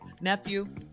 Nephew